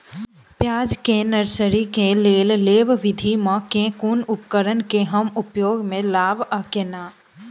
प्याज केँ नर्सरी केँ लेल लेव विधि म केँ कुन उपकरण केँ हम उपयोग म लाब आ केना?